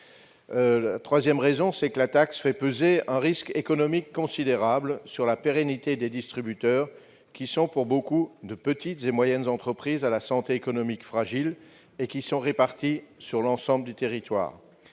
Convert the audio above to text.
Troisièmement, la taxe fait peser un risque économique considérable sur la pérennité des distributeurs, qui sont souvent de petites et moyennes entreprises à la santé économique fragile, réparties sur l'ensemble du territoire.